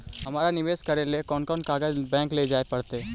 हमरा निवेश करे ल कोन कोन कागज बैक लेजाइ पड़तै?